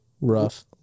rough